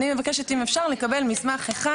אני מבקשת אם אפשר לקבל מסמך אחד.